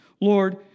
Lord